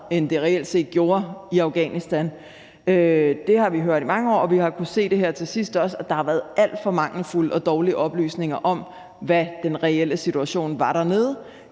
end det reelt set gjorde. Det har vi hørt i mange år, og vi har også her til sidst kunnet se, at der har været alt for mangelfulde og dårlige oplysninger om, hvad den reelle situation var dernede.